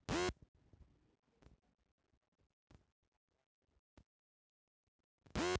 jute के बोरा से रस्सी आ कपड़ा भी बनेला